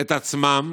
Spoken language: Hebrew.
את עצמם